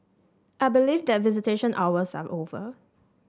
I believe that visitation hours are over